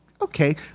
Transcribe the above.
okay